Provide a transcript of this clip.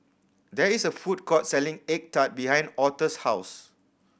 there is a food court selling egg tart behind Authur's house